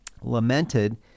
lamented